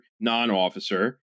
non-officer